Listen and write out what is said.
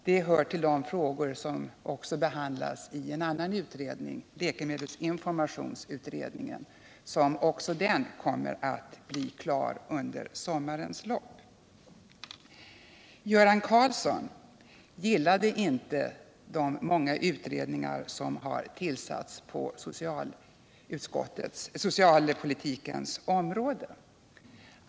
Det hör till de frågor som behandlas i en annan utredning, läkemedelsinformationsutredningen, som också den kommer att bli klar under sommarens lopp. Göran Karlsson gillade inte de många utredningar som har tillsatts på socialpolitikens område.